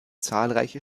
zahlreiche